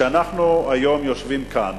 כשאנחנו היום יושבים כאן